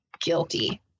guilty